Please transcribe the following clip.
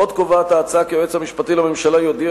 עוד קובעת ההצעה כי היועץ המשפטי לממשלה יודיע